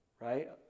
Right